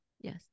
Yes